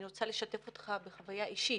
אני רוצה לשקף אותך בחוויה אישית,